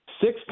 Six